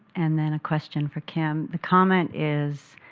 and then a question for kim. the comment is